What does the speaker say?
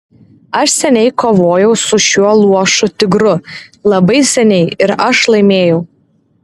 aš seniai kovojau su šiuo luošu tigru labai seniai ir aš laimėjau